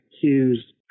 Hughes